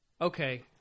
okay